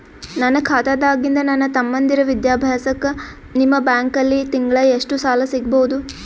ನನ್ನ ಖಾತಾದಾಗಿಂದ ನನ್ನ ತಮ್ಮಂದಿರ ವಿದ್ಯಾಭ್ಯಾಸಕ್ಕ ನಿಮ್ಮ ಬ್ಯಾಂಕಲ್ಲಿ ತಿಂಗಳ ಎಷ್ಟು ಸಾಲ ಸಿಗಬಹುದು?